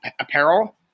apparel